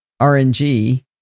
RNG